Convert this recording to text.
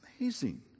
Amazing